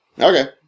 okay